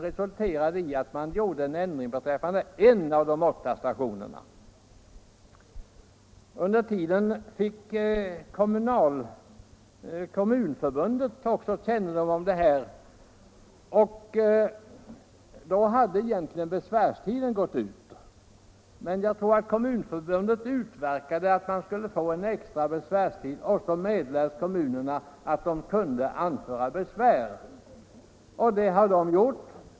Detta resulterade i ändring beträffande en av de åtta stationerna. Under tiden fick Kommunförbundet också kännedom om saken. Då hade besvärstiden egentligen gått ut, men jag tror att Kommunförbundet utverkade extra besvärstid. Kommunerna meddelades att de kunde anföra besvär, vilket de har gjort.